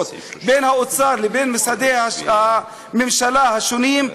בין האוצר לבין משרדי הממשלה השונים,